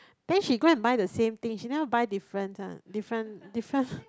then she go and buy the same thing she never buy different ah different different